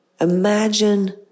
Imagine